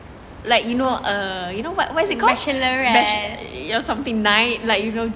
like you know uh you know what what is it called bachelor something night like you know